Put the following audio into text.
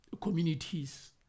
communities